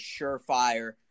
surefire